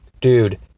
Dude